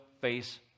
face